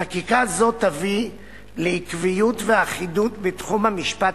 חקיקה זו תביא לעקביות ואחידות בתחום המשפט